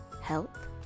health